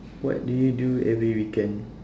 what do you do every weekend